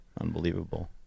unbelievable